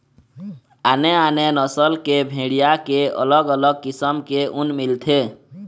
आने आने नसल के भेड़िया के अलग अलग किसम के ऊन मिलथे